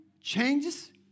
changes